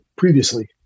Previously